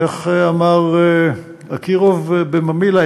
איך אמר אקירוב על "ממילא"?